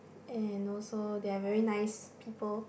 and also they are very nice people